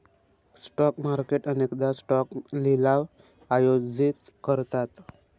stock market अनेकदा stock लिलाव आयोजित करतात